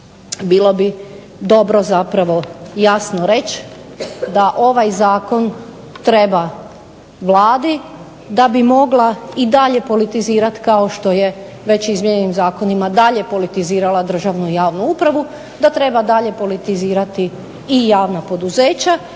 bilo bi dobro zapravo jasno reći da ovaj zakon treba Vladi da bi mogla i dalje politizirati kao što je već u izmijenjenim zakonima dalje politizirala državnu javnu upravu, da treba dalje politizirati i javna poduzeća